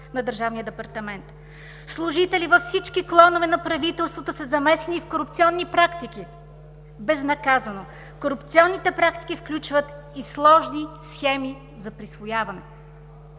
„Служители във всички клонове на правителствата са замесени в корупционни практики, безнаказано. Корупционните практики включват и сложни схеми за присвояване“.